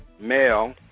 Male